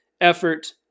effort